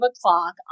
o'clock